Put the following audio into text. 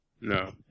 No